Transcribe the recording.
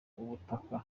ubutaka